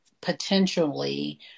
potentially